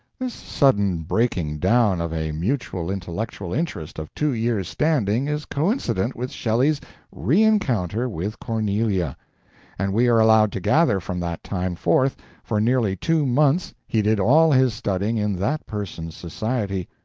this sudden breaking down of a mutual intellectual interest of two years' standing is coincident with shelley's re-encounter with cornelia and we are allowed to gather from that time forth for nearly two months he did all his studying in that person's society.